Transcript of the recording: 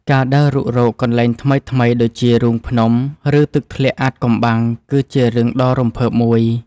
ការដើររុករកកន្លែងថ្មីៗដូចជា រូងភ្នំ ឬទឹកធ្លាក់អាថ៌កំបាំង គឺជារឿងដ៏រំភើបមួយ។